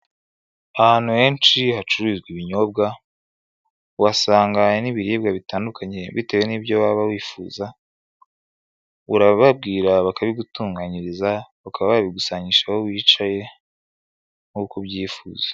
Ahantu henshi hacururizwa ibinyobwa uhasanga n'ibiribwa bitandukanye bitewe n'ibyo waba wifuza, urababwira bakabigutunganyiriza bakaba bakabigusangisha aho wicaye nk'uko ubyifuza.